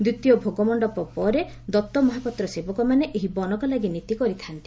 ଦିତୀୟ ଭୋଗ ମଣ୍ଡପ ପରେ ଦତ୍ତମହାପାତ୍ର ସେବକମାନେ ଏହି ବନକଲାଗି ନୀତି କରିଥାନ୍ତି